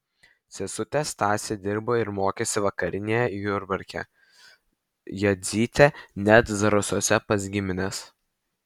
sesutė stasė dirbo ir mokėsi vakarinėje jurbarke jadzytė net zarasuose pas gimines